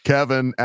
Kevin